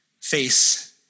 face